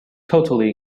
totally